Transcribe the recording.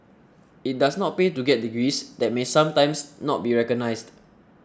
it does not pay to get degrees that may sometimes not be recognised